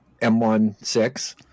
m16